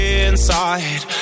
inside